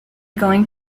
going